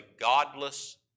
godless